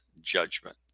judgment